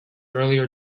earlier